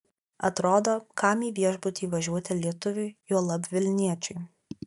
atrodo kam į viešbutį važiuoti lietuviui juolab vilniečiui